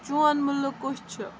چون مُلک کُس چھُ